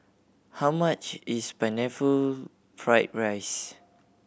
how much is Pineapple Fried rice